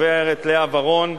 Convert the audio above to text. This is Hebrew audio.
הגברת לאה ורון,